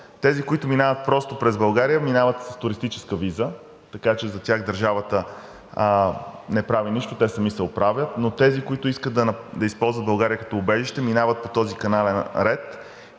Тези, които минават просто през България, минават с туристическа виза, така че за тях държавата не прави нищо, те сами се оправят. Тези, които искат да използват България като убежище, минават по този канален ред